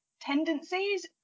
tendencies